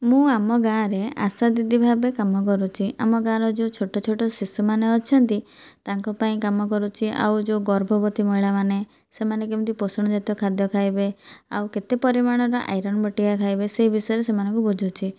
ମୁଁ ଆମ ଗାଁ'ରେ ଆଶା ଦିଦି ଭାବେ କାମ କରୁଛି ଆମ ଗାଁ'ରେ ଯେଉଁ ଛୋଟ ଛୋଟ ଶିଶୁମାନେ ଅଛନ୍ତି ତାଙ୍କ ପାଇଁ କାମ କରୁଛି ଆଉ ଯେଉଁ ଗର୍ଭବତୀ ମହିଳାମାନେ ସେମାନେ କେମିତି ପୋଷଣ ଜାତୀୟ ଖାଦ୍ୟ ଖାଇବେ ଆଉ କେତେ ପରିମାଣର ଆଇରନ ବଟିକା ଖାଇବେ ସେ ବିଷୟରେ ସେମାନଙ୍କୁ ବୁଝୁଛି